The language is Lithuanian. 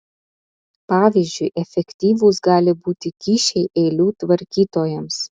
pavyzdžiui efektyvūs gali būti kyšiai eilių tvarkytojams